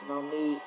normally